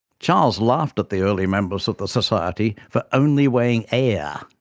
charles laughed at the early members of the society for only weighing air,